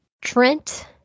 Trent